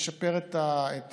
ישפר את